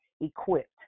equipped